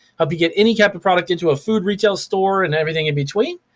help you get any type of product into a food retail store and everything in between.